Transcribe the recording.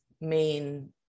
main